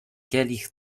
kielich